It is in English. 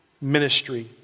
ministry